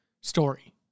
story